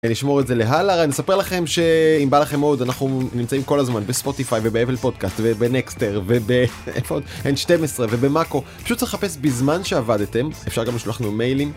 אני אשמור את זה להלאה, אני אספר לכם שאם בא לכם עוד, אנחנו נמצאים כל הזמן בספוטיפיי ובאפל פודקאט ובנקסטר וב... איפה עוד? N12 ובמאקו, פשוט צריך לחפש בזמן שעבדתם, אפשר גם לשלוח לנו מיילים.